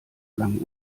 lang